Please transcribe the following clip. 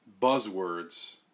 buzzwords